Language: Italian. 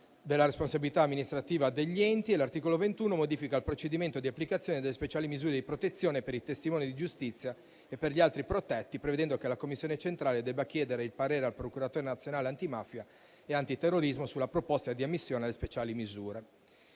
della responsabilità amministrativa degli enti. L'articolo 21 modifica il procedimento di applicazione delle speciali misure di protezione per i testimoni di giustizia e per gli altri protetti, prevedendo che la Commissione centrale debba chiedere il parere al procuratore nazionale antimafia e antiterrorismo sulla proposta di ammissione alle speciali misure.